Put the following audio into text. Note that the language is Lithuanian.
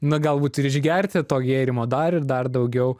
na galbūt ir išgerti to gėrimo dar ir dar daugiau